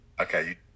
Okay